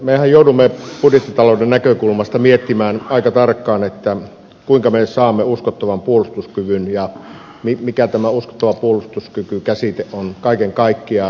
mehän joudumme budjettitalouden näkökulmasta miettimään aika tarkkaan kuinka me saamme uskottavan puolustuskyvyn ja mikä tämä uskottava puolustuskyky käsite on kaiken kaikkiaan